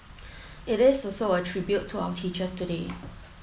it is also a tribute to our teachers today